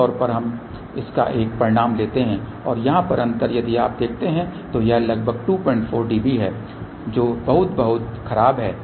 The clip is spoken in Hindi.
आमतौर पर हम इसका एक परिमाण लेते हैं और यहाँ पर अंतर यदि आप देखते हैं तो यह लगभग 24 dB है जो बहुत बहुत खराब है